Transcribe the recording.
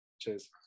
Cheers